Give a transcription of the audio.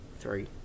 three